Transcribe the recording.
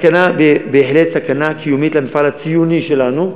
ובהחלט סכנה קיומית למפעל הציוני שלנו,